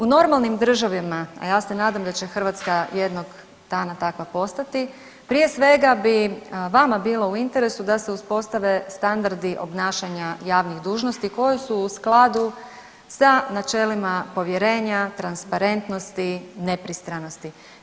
U normalnim državama, a ja se nadam da će Hrvatska jednoga dana takva postati prije svega bi vama bilo u interesu da se uspostave standardi obnašanja javnih dužnosti koje su u skladu sa načelima povjerenja, transparentnosti, nepristranosti.